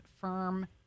firm